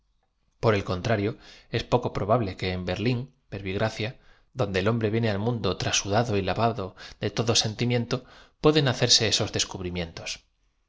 r el contrario es poco probable que en berlia verbigracia donde el hom bre viene al mundo trasudado y lavado de todo sentimien to pueden hacerse esos descubrimientos